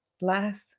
last